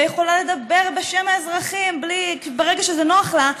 ויכולה לדבר בשם האזרחים ברגע שזה נוח לה,